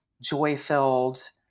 joy-filled